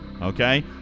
Okay